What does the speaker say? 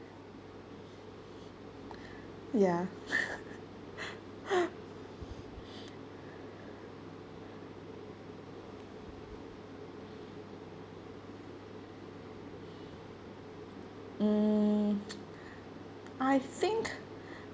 ya mm I think